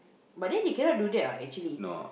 but then they cannot do that what actually